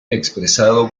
expresado